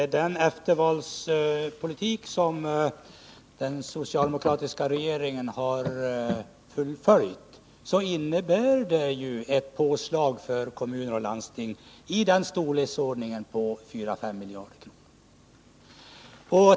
Den eftervalspolitik som den socialdemokratiska regeringen har fullföljt innebär de facto, herr Jansson, ett påslag för kommuner och landsting i storleksordningen 4-5 miljarder kronor.